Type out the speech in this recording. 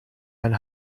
ein